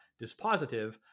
dispositive